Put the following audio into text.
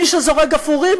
מי שזורק גפרורים,